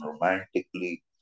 romantically